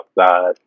outside